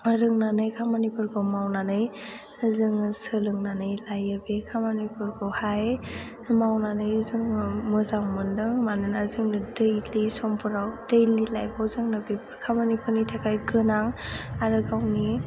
रोंनानै खामानिफोरखौ मावनानै जोङो सोलोंनानै लायो बे खामानिफोरखौहाय मावनानै जोङो मोजां मोन्दों मानोना जोंनो दैलि समफोराव दैलि लाइफआव जोंनो बेफोर खामानिफोरनि थाखाय गोनां आरो गावनि